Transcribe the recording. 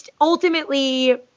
ultimately